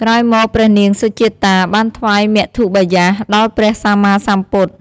ក្រោយមក ព្រះនាងសុជាតា បានថ្វាយមធុបាយាសដល់ព្រះសម្មាសម្ពុទ្ធ។